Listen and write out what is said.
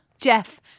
Jeff